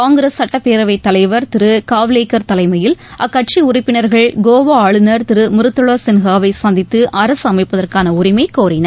காங்கிரஸ் சட்டப்பேரவைத் தலைவர் திரு காவ்லேக்கர் தலைமையில் அக்கட்சி உறுப்பினர்கள் கோவா ஆளுநர் திரு மிருதுளா சின்ஹாவை சந்தித்து அரசு அமைப்பதற்கான உரிமை கோரினர்